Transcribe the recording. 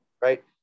right